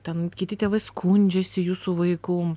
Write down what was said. ten kiti tėvai skundžiasi jūsų vaiku